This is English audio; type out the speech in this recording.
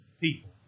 people